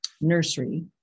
nursery